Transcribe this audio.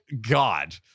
god